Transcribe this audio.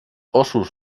ossos